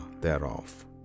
thereof